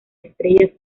estrellas